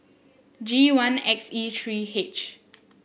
G one X E three H